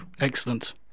Excellent